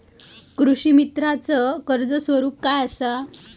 कृषीमित्राच कर्ज स्वरूप काय असा?